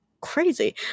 crazy